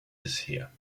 bisher